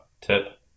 tip